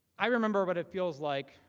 i remember what it feels like